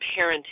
parenting